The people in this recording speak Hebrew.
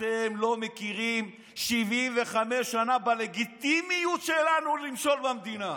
אתם לא מכירים 75 שנה בלגיטימיות שלנו למשול במדינה.